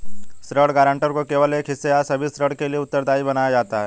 ऋण गारंटर को केवल एक हिस्से या सभी ऋण के लिए उत्तरदायी बनाया जाता है